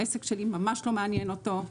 העסק שלי ממש לא מעניין אותו,